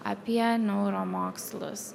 apie neuromokslus